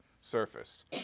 surface